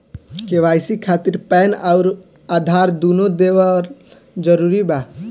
KYC खातिर PAN आउर आधार दुनों देवल जरूरी बा?